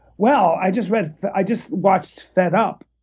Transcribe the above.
well, i just read but i just watched fed up,